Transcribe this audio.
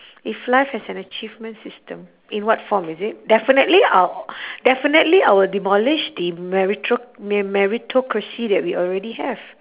if life has an achievement system in what form is it definitely I'll definitely I will demolish the merito~ me~ meritocracy that we already have